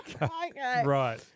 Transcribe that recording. Right